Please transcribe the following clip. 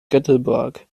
göteborg